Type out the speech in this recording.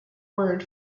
word